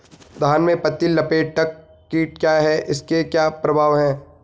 धान में पत्ती लपेटक कीट क्या है इसके क्या प्रभाव हैं?